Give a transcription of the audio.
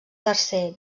tercer